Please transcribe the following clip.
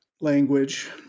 language